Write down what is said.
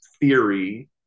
theory